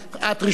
את ראשונה,